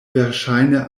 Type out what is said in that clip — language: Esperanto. verŝajne